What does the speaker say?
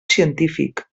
científic